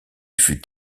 fut